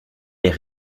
est